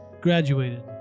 graduated